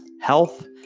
health